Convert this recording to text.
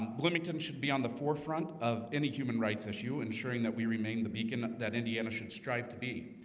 bloomington should be on the forefront of any human rights issue ensuring that we remain the beacon that indiana should strive to be